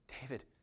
David